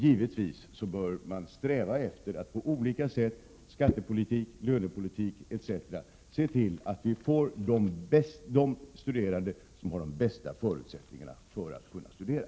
Givetvis bör man sträva efter att på olika sätt — genom skattepolitiken och lönepolitiken — se till att vi får studerande som har de bästa förutsättningarna att studera.